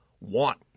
want